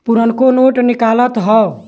पुरनको नोट निकालत हौ